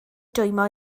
dwymo